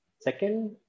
Second